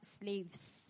slaves